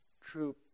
true